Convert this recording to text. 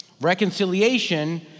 reconciliation